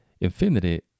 infinity